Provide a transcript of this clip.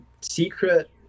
secret